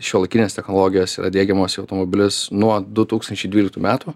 šiuolaikinės technologijos diegiamos į automobilius nuo du tūkstančiai dvyliktų metų